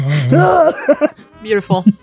Beautiful